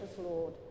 Lord